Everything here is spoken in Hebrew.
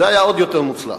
זה היה עוד יותר מוצלח.